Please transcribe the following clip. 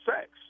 sex